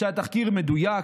שהתחקיר מדויק,